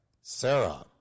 Sarah